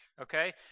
Okay